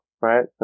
right